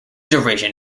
derision